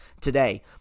today